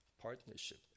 partnership